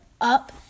up